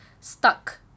stuck